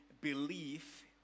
belief